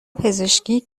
پزشکی